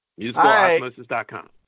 Musicalosmosis.com